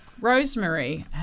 Rosemary